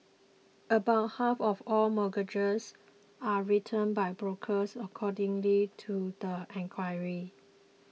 about half of all mortgages are written by brokers accordingly to the inquiry